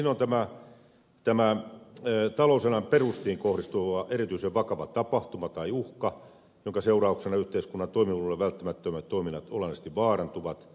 ensin on tämä talouselämän perusteisiin kohdistuva erityisen vakava tapahtuma tai uhka jonka seurauksena yhteiskunnan toimivuudelle välttämättömät toiminnat olennaisesti vaarantuvat